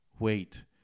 wait